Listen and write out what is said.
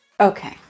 Okay